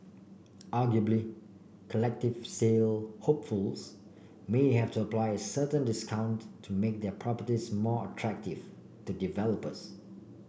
arguably collective sale hopefuls may have to apply certain discount to make their properties more attractive to developers